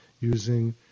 using